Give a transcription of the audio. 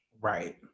Right